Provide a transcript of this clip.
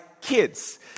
kids